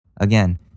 again